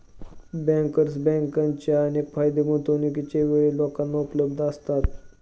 banker बँकर्सचे अनेक फायदे गुंतवणूकीच्या वेळी लोकांना उपलब्ध असतात